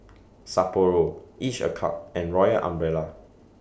Sapporo Each A Cup and Royal Umbrella